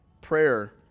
Prayer